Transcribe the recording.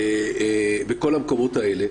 בכל המקומות האלה.